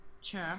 Sure